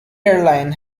airline